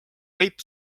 võib